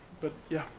but yeah,